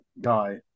guy